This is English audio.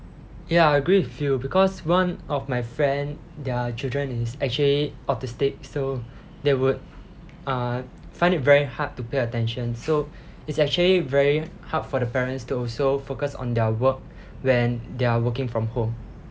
ya I agree with you because one of my friend their children is actually autistic so they would uh find it very hard to pay attention so it's actually very hard for the parents to also focus on their work when they are working from home